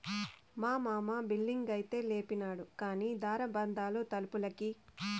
మా మామ బిల్డింగైతే లేపినాడు కానీ దార బందాలు తలుపులకి